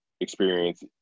experience